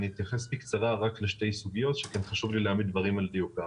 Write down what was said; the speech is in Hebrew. אתייחס בקצרה רק לשתי סוגיות כי חשוב לי להעמיד דברים על דיוקם.